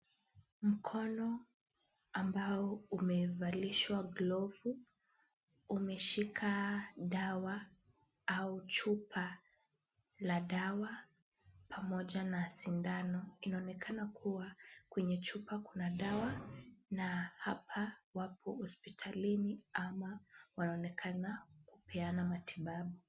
Mkono ambao umevalishwa glovu umeshika dawa au chupa la dawa pamoja na sindano. Inaonekana kuwa kwenye chupa kuna dawa na hapa wapo hospitalini ama wanaonekana kupeana matibabu.